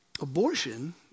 Abortion